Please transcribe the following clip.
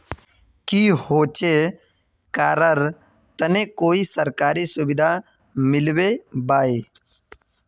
की होचे करार तने कोई सरकारी सुविधा मिलबे बाई?